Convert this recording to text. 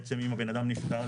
בעצם אם הבן אדם נפטר,